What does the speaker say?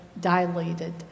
dilated